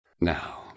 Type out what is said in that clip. now